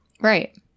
Right